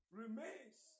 remains